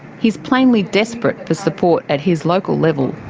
he's plainly desperate for support at his local level.